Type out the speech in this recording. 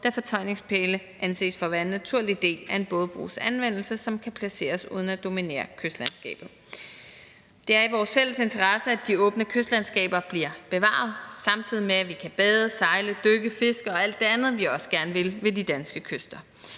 da fortøjningspæle anses for at være en naturlig del af en bådebros anvendelse og kan placeres uden at dominere kystlandskabet. Det er i vores fælles interesse, at de åbne kystlandskaber bliver bevaret, samtidig med at vi kan bade, sejle, dykke, fiske og alt det andet, vi også gerne vil ved de danske kyster.